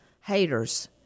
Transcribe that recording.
haters